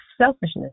selfishness